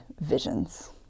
visions